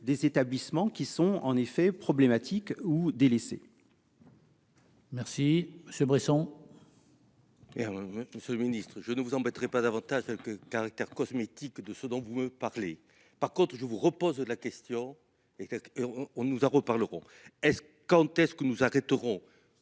des établissements qui sont en effet problématiques ou délaissés. Merci ce Bresson. Et alors, Monsieur le Ministre, je ne vous embêterai pas davantage que caractère cosmétique de ce dont vous parlez. Par contre je vous repose la question, est-ce qu'on on nous en reparlerons. Est-ce, quand est-ce que nous arrêterons.